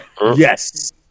Yes